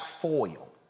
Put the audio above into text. foil